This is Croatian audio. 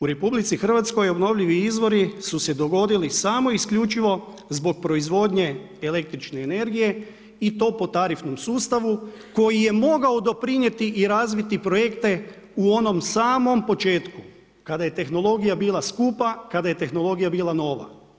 U RH obnovljivi izvori su se dogodili samo i isključivo zbog proizvodnje električne energije i to po tarifnom sustavu koji je mogao doprinijeti i razviti projekte u onom samom početku kada je tehnologija bila skupa, kada je tehnologija bila nova.